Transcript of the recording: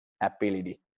ability